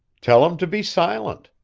tell him to be silent.